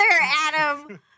adam